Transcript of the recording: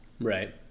Right